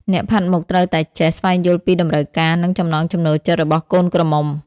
អ្នកផាត់មុខត្រូវតែចេះស្វែងយល់ពីតម្រូវការ និងចំណង់ចំណូលចិត្តរបស់កូនក្រមុំ។